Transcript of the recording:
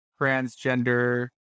transgender